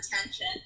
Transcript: attention